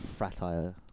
fratire